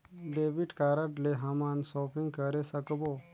Debit card ले हमन shopping करे सकबो?